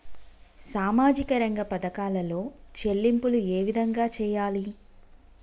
సామాజిక రంగ పథకాలలో చెల్లింపులు ఏ విధంగా చేయాలి?